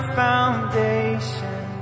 foundation